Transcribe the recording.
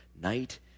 night